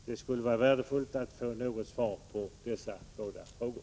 Det skulle vara värdefullt att få svar på dessa båda frågor.